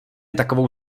takovou